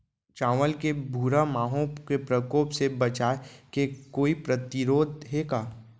चांवल के भूरा माहो के प्रकोप से बचाये के कोई प्रतिरोधी हे का?